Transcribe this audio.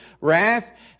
wrath